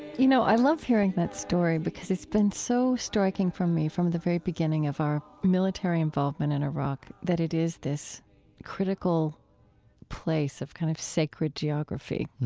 you know, i love hearing that story because it's been so striking for me from the very beginning of our military involvement in iraq, that it is this critical place of kind of sacred geography,